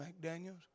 McDaniels